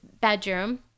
bedroom